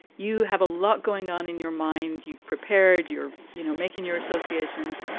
you have a lot going on in your mind. you've prepared your you know, making your associations.